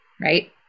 right